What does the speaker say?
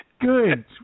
Good